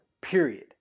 period